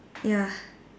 ya